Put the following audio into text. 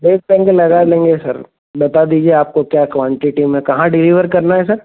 देख लेंगे लगा देंगे सर बता दीजिए आपको क्या क्वांटिटी में कहाँ डिलीवर करना है सर